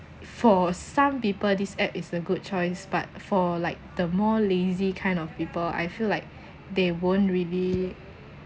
for some people this app is a good choice but for like the more lazy kind of people I feel like they won't really